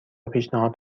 پیشنهاد